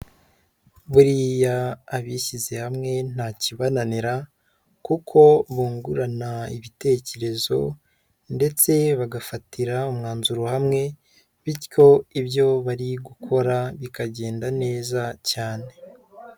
Buriya abishyize hamwe nta kibananira kuko bungurana ibitekerezo ndetse bagafatira umwanzuro hamwe, bityo ibyo bari gukora bikagenda neza cyane.